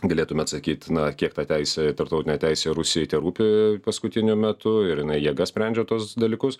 galėtumėt sakyt na kiek ta teisė į tarptautinė teisė rusijai terūpi paskutiniu metu ir jinai jėga sprendžia tuos dalykus